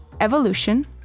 Evolution